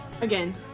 Again